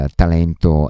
talento